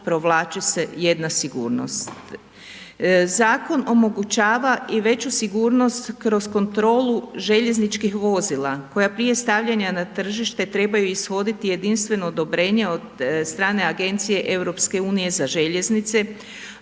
provlači se jedna sigurnost. Zakon omogućava i veću sigurnost kroz kontrolu željezničkih vozila koja prije stavljanja na tržište trebaju ishoditi jedinstveno odobrenje od strane Agencije EU za željeznice,